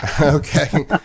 Okay